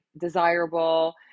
desirable